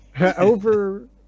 Over